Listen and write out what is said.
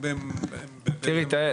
--- תהל תראי,